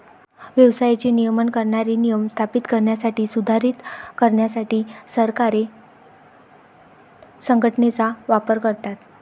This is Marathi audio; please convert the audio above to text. व्यवसायाचे नियमन करणारे नियम स्थापित करण्यासाठी, सुधारित करण्यासाठी सरकारे संघटनेचा वापर करतात